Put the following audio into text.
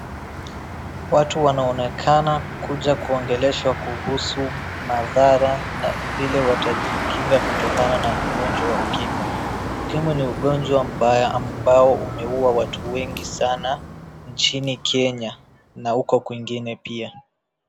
Watu wanaonekana kuja kuongeleshwa kuhusu madhara na vile watajikinga kutokana na ugonjwa wa ukimwi. UKimwi ni uonjwa mbaya ambao umeua watu wengi sana nchini Kenya na huko kwingine pia.